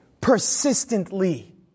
persistently